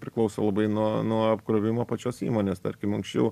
priklauso labai nuo nuo apkrovimo pačios įmonės tarkim anksčiau